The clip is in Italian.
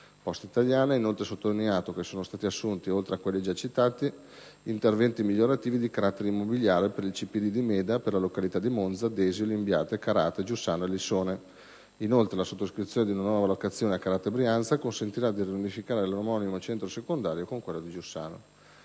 Poste Italiane ha, inoltre, sottolineato che sono stati attuati, oltre a quelli già citati, interventi migliorativi di carattere immobiliare per il Centro principale di distribuzione di Meda, per le località di Monza, Desio, Limbiate, Carate Brianza, Giussano e Lissone. Inoltre, la sottoscrizione di una nuova locazione a Carate Brianza consentirà di riunificare l'omonimo Centro secondario con quello di Giussano.